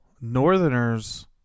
Northerners